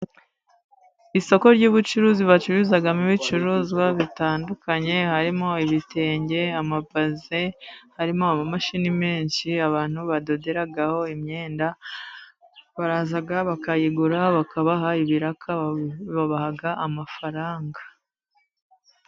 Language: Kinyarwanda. Isoko ry'ubucuruzi bacururizamo ibicuruzwa bitandukanye, harimo ibitenge, amabaze, harimo amamashini menshi abantu badoderaho imyenda, baraza bakayigura bakabaha ibiraka, babaha amafaranga.